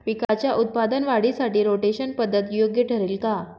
पिकाच्या उत्पादन वाढीसाठी रोटेशन पद्धत योग्य ठरेल का?